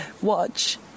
Watch